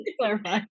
Clarify